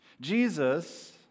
Jesus